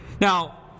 Now